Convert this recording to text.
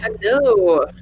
Hello